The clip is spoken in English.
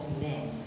men